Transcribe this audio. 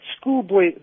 schoolboy